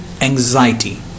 anxiety